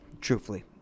truthfully